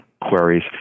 queries